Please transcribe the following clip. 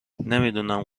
نمیدونم